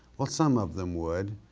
well some of them would,